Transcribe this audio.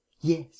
Yes